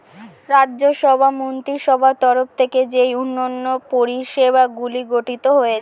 রাজ্য সভার মন্ত্রীসভার তরফ থেকে যেই উন্নয়ন পরিষেবাগুলি গঠিত হয়েছে